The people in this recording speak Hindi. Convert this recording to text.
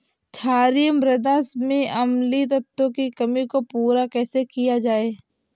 क्षारीए मृदा में अम्लीय तत्वों की कमी को पूरा कैसे किया जाए?